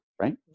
right